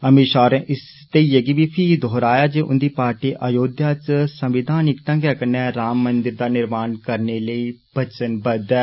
अमित षाह होरें इस धैइये गी फीह् दोहराया जे उन्दी पार्टी अयोध्या च संवेधानिक ढंगै कन्ने राम मंदिर दा निर्माण करने लेई वचनबद्द ऐ